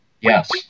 Yes